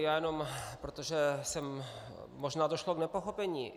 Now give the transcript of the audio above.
Já jenom, protože možná došlo k nepochopení.